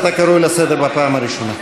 אתה קרוי לסדר בפעם הראשונה.